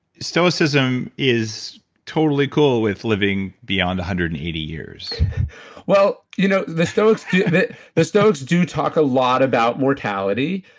stoicism is totally cool with living beyond one hundred and eighty years well, you know the stoics the stoics do talk a lot about mortality,